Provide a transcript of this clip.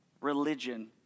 religion